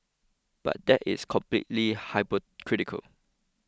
but that is completely hypocritical